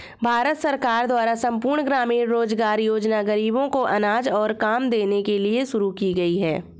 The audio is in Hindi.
भारत सरकार द्वारा संपूर्ण ग्रामीण रोजगार योजना ग़रीबों को अनाज और काम देने के लिए शुरू की गई है